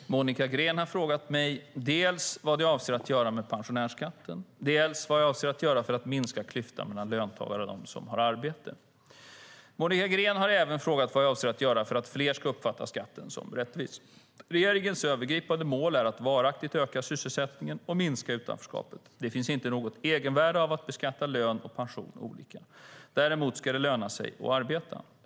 Herr talman! Monica Green har frågat mig dels vad jag avser att göra med pensionärsskatten, dels vad jag avser att göra för att minska klyftan mellan löntagare och dem som har arbetat. Monica Green har även frågat vad jag avser att göra för att fler ska uppfatta skatten som rättvis. Regeringens övergripande mål är att varaktigt öka sysselsättningen och minska utanförskapet. Det finns inte något egenvärde av att beskatta lön och pension olika. Däremot ska det löna sig att arbeta.